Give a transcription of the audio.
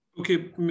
Okay